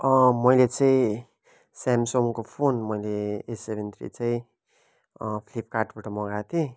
मैले चाहिँ स्यामसङको फोन मैले एस सेभेन थ्री चाहिँ फ्लिपकार्टबाट मगाएको थिएँ